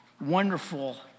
Wonderful